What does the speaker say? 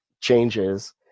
changes